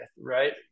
right